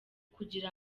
kugira